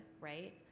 right